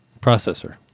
processor